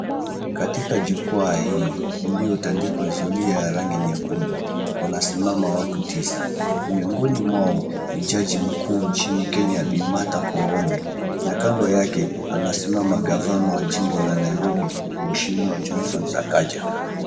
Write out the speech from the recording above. Katika jukwaa hii iliyotandikwa zulia ya rangi nyekundu kuna simama watu tisa. Miongoni mwao ni jaji mkuu nchini Kenya Bi Martha Koome na kando yake anasimama gavana wa jimbo la Nairobi mheshimiwa Johnson Sakaja.